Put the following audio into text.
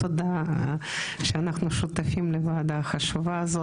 תודה על כך שאנחנו שותפים לוועדה החשובה הזאת.